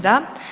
Da.